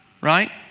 right